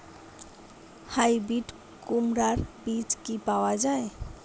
Hybrid কুমড়ার বীজ কি পাওয়া য়ায়?